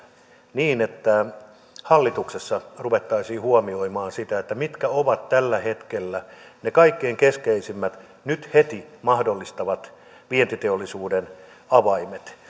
niin että hallituksessa ruvettaisiin huomioimaan sitä mitkä ovat tällä hetkellä ne kaikkein keskeisimmät nyt heti mahdollistavat vientiteollisuuden avaimet